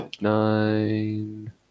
Nine